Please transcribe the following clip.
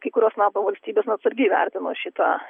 kai kurios nato valstybės na atsargiai vertino šitą